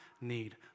need